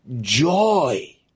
joy